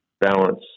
balance